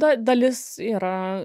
ta dalis yra